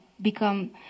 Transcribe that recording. become